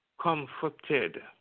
comforted